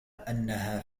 أنها